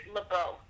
Lebeau